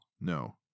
no